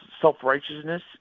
self-righteousness